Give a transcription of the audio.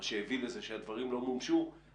בוקר טוב,